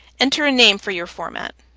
enter a name for your format.